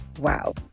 wow